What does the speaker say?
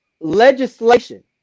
legislation